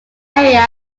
area